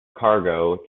cargo